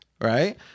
Right